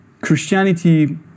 Christianity